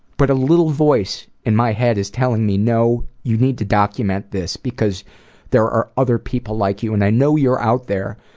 but a little voice in my head is telling me, no, you need to document this because there are other people like you and i know you're out there.